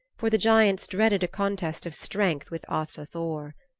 for the giants dreaded a contest of strength with asa thor.